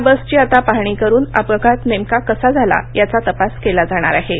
या बसची आता पाहणी करून अपघात नेमका कसा झाला याचा तपास केला जाणार आहे